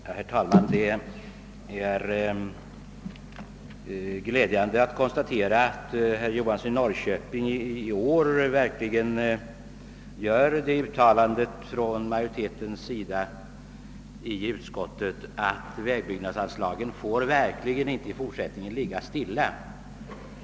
Herr talman! Det är glädjande att konstatera att herr Johansson i Norrköping i år verkligen gör det uttalandet på utskottsmajoritetens vägnar att vägbyggnadsanslagen i fortsättningen inte får ligga stilla.